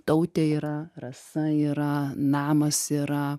tautė yra rasa yra namas yra